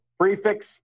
Prefix